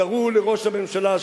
תראו לראש הממשלה,